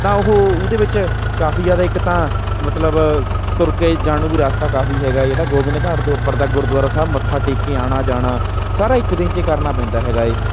ਤਾਂ ਉਹ ਉਹਦੇ ਵਿੱਚ ਕਾਫ਼ੀ ਜ਼ਿਆਦਾ ਇੱਕ ਤਾਂ ਮਤਲਬ ਤੁਰ ਕੇ ਜਾਣ ਨੂੰ ਵੀ ਰਾਸਤਾ ਕਾਫ਼ੀ ਹੈਗਾ ਜਿਹੜਾ ਗੋਬਿੰਦ ਘਾਟ ਤੋਂ ਉੱਪਰ ਤੱਕ ਗੁਰਦੁਆਰਾ ਸਾਹਿਬ ਮੱਥਾ ਟੇਕ ਕੇ ਆਉਣਾ ਜਾਣਾ ਸਾਰਾ ਇੱਕ ਦਿਨ 'ਚ ਕਰਨਾ ਪੈਂਦਾ ਹੈਗਾ ਹੈ